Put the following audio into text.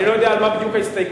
אני לא יודע בדיוק על מה